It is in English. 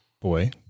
Boy